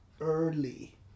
early